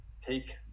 take